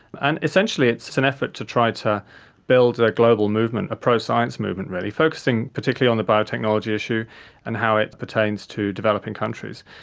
and essentially it's an effort to try to build a global movement, a pro-science movement really, focusing particularly on the biotechnology issue and how it pertains to developing countries.